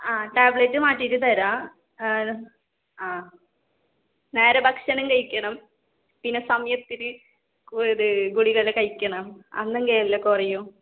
ആ ടാബ്ലറ്റ് മാറ്റീട്ട് തരാം ആ നേരെ ഭക്ഷണം കഴിക്കണം പിന്നെ സമയത്തിന് ഇത് ഗുളികയെല്ലാം കഴിക്കണം അന്നെങ്കിലല്ലേ കുറയൂ